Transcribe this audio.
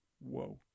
Whoa